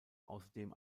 außerdem